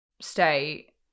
stay